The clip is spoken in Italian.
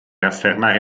affermare